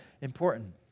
important